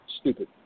stupid